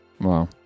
Wow